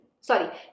sorry